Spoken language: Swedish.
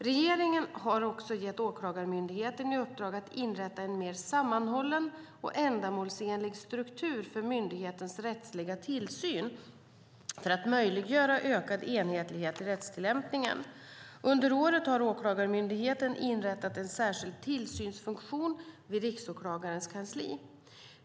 Regeringen har också gett Åklagarmyndigheten i uppdrag att inrätta en mer sammanhållen och ändamålsenlig struktur för myndighetens rättsliga tillsyn för att möjliggöra en ökad enhetlighet i rättstillämpningen. Under året har Åklagarmyndigheten inrättat en särskild tillsynsfunktion vid riksåklagarens kansli.